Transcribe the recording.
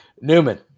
Newman